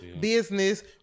business